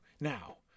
now